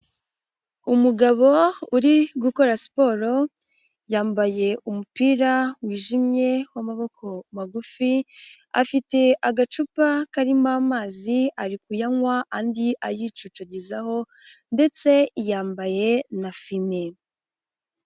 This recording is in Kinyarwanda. Umugabo uri gukora siporo, yambaye umupira wijimye w'amaboko magufi, afite agacupa karimo amazi ari kuyanywa andi ayicucagizaho ndetse yambaye na fime.